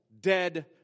dead